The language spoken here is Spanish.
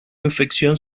infección